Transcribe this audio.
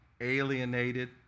alienated